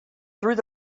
through